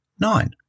nine